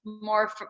more